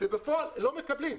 ובפועל לא מקבלים.